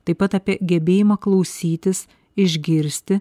taip pat apie gebėjimą klausytis išgirsti